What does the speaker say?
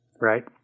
right